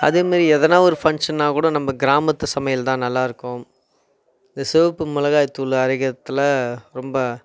அதேமாரி எதுனா ஒரு ஃபங்க்ஷனால் கூட நம்ம கிராமத்து சமையல்தான் நல்லாயிருக்கும் இந்த சிவப்பு மிளகாய்தூள் அரைக்கிறதில் ரொம்ப